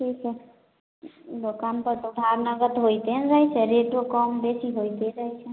ठीक हय दोकान पऽ तऽ उधार नगद होयते ने रहैत छै आ रेटो कम बेसी होयते रहैत छै